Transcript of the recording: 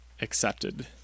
accepted